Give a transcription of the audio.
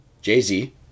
Jay-Z